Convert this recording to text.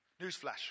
Newsflash